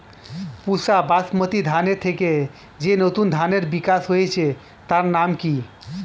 পুসা বাসমতি ধানের থেকে যে নতুন ধানের বিকাশ হয়েছে তার নাম কি?